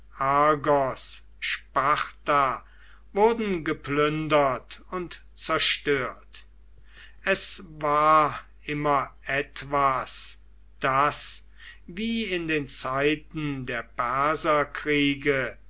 wurden geplündert und zerstört es war immer etwas daß wie in den zeiten der perserkriege